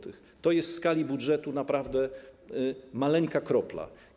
To jest w skali budżetu naprawdę maleńka kropla.